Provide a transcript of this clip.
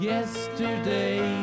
Yesterday